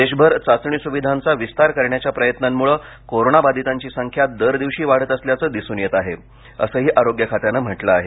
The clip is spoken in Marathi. देशभर चाचणी सुविधांचा विस्तार करण्याच्या प्रयत्नांमुळे कोरोना बाधितांची संख्या दर दिवशी वाढत असल्याचं दिसून येतआहे असंही आरोग्य खात्यानं म्हटलं आहे